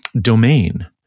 domain